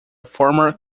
former